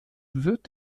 wird